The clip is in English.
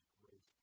grace